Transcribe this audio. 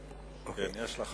דקה שלי.